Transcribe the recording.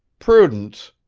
prudence,